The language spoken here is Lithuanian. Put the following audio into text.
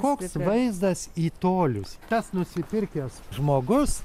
koks vaizdas į tolius tas nusipirkęs žmogus